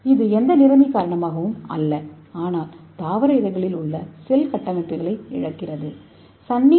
இது எந்த நிறமி காரணமாகவும் அல்ல ஆனால் தாவர இதழ்களில் உள்ள செல் கட்டமைப்புகளை இழப்பதின் காரணமாக